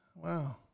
Wow